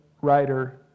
writer